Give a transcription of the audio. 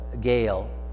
Gail